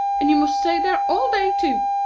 and you must stay there all day, too.